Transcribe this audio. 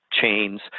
chains